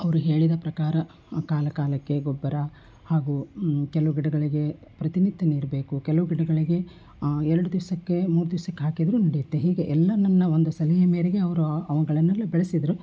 ಅವರು ಹೇಳಿದ ಪ್ರಕಾರ ಕಾಲ ಕಾಲಕ್ಕೆ ಗೊಬ್ಬರ ಹಾಗೂ ಕೆಲವು ಗಿಡಗಳಿಗೆ ಪ್ರತಿನಿತ್ಯ ನೀರು ಬೇಕು ಕೆಲವು ಗಿಡಗಳಿಗೆ ಎರಡು ದಿವಸಕ್ಕೆ ಮೂರು ದಿವ್ಸಕ್ಕೆ ಹಾಕಿದರೂ ನಡೆಯುತ್ತೆ ಹೀಗೆ ಎಲ್ಲ ನನ್ನ ಒಂದು ಸಲಹೆ ಮೇರೆಗೆ ಅವರು ಅವುಗಳನ್ನೆಲ್ಲ ಬೆಳೆಸಿದ್ರು